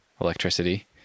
electricity